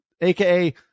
aka